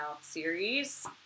series